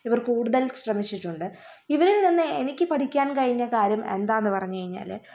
ഇവർ കൂടുതൽ ശ്രമിച്ചിട്ടുണ്ട് ഇവരിൽ നിന്ന് എനിക്ക് പഠിക്കാൻ കഴിഞ്ഞ കാര്യം എന്താണെന്നു പറഞ്ഞു കഴിഞ്ഞാൽ